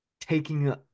taking